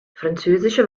französische